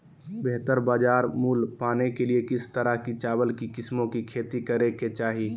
बेहतर बाजार मूल्य पाने के लिए किस तरह की चावल की किस्मों की खेती करे के चाहि?